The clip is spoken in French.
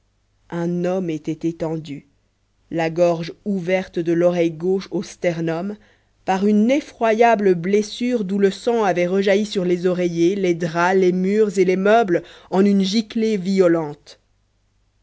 un homme était étendu la gorge ouverte de l'oreille gauche au sternum par une effroyable blessure d'où le sang avait rejailli sur les oreillers les draps les murs et les meubles en une giclée violente